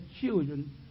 children